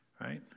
right